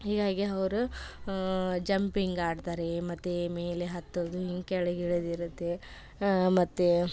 ಹೀಗಾಗಿ ಅವ್ರು ಜಂಪಿಂಗ್ ಆಡ್ತಾರೆ ಮತ್ತು ಮೇಲೆ ಹತ್ತೋದು ಹಿಂಗೆ ಕೆಳಗೆ ಇಳಿದಿರುತ್ತೆ ಮತ್ತು